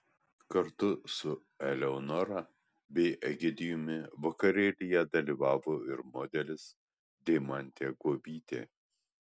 kartu su eleonora bei egidijumi vakarėlyje dalyvavo ir modelis deimantė guobytė